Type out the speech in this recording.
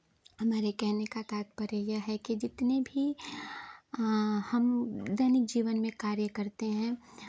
हमारे कहने का तात्पर्य यह है कि जितनी भी हम दैनिक जीवन में कार्य करते हैं